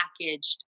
packaged